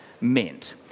meant